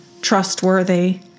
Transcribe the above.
trustworthy